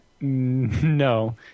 no